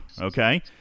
okay